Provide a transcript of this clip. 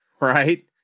right